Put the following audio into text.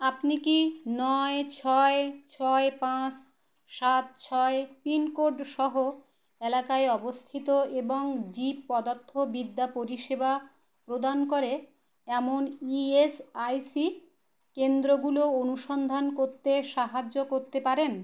আপনি কি নয় ছয় ছয় পাঁচ সাত ছয় পিনকোড সহ অ্যালাকায় অবস্থিত এবং জীবপদার্থবিদ্যা পরিষেবা প্রদান করে এমন ইএসআইসি কেন্দ্রগুলো অনুসন্ধান করতে সাহায্য করতে পারেন